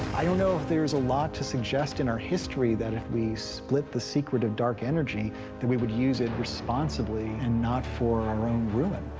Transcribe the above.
i don't know if there's a lot to suggest in our history that if we split the secret of dark energy that we would use it responsibly and not for our own ruin.